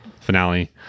finale